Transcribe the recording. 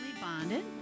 bonded